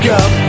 up